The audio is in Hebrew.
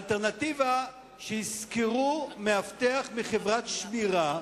האלטרנטיבה שישכרו מאבטח מחברת שמירה,